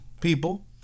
people